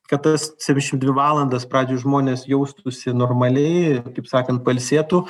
kad tas septyniasdešim dvi valandas pradžioj žmonės jaustųsi normaliai kaip sakant pailsėtų